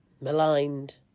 maligned